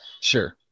sure